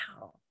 Wow